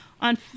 on